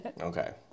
Okay